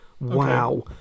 wow